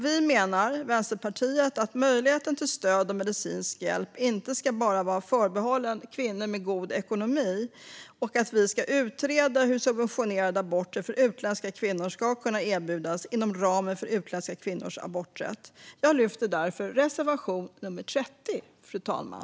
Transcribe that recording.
Vi i Vänsterpartiet menar att möjligheten till stöd och medicinsk hjälp inte bara ska vara förbehållen kvinnor med god ekonomi och att vi ska utreda hur subventionerade aborter för utländska kvinnor ska kunna erbjudas inom ramen för utländska kvinnors aborträtt. Jag yrkar därför bifall till reservation nummer 30, fru talman.